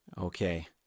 Okay